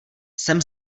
jsem